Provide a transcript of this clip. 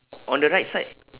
on the right side